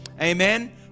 amen